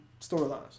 storylines